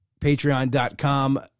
Patreon.com